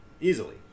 Easily